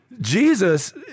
Jesus